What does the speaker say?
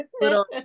little